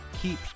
keep